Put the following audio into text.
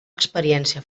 experiència